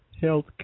health